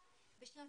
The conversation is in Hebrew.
פרופ'